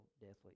deathly